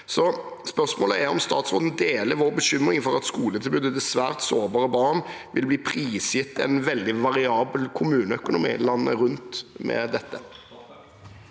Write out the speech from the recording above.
Spørsmålet er om statsråden deler vår bekymring for at skoletilbudet til svært sårbare barn med dette vil bli prisgitt en veldig variabel kommuneøkonomi landet rundt.